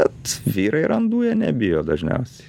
bet vyrai randų jie nebijo dažniausiai